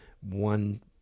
One